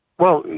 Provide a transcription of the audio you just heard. well,